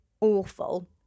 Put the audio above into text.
awful